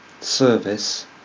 service